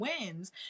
wins